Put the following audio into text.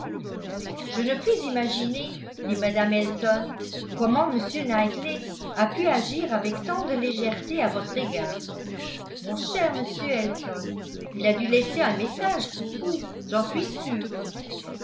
je ne puis imaginer dit mme elton comment m knightley a pu agir avec tant de légèreté à votre égard mon cher monsieur elton il a dû laisser un message pour vous j'en suis sûre